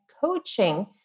coaching